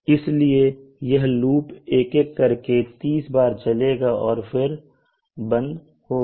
इसीलिए यह लूप एक एक करके 30 बार चलेगा और फिर बंद होगा